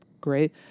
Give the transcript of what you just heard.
Great